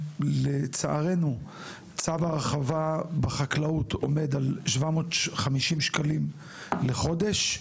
לצערנו, צו ההרחבה בחקלאות עומד על 750 ש"ח לחודש,